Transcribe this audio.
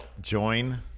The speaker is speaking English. join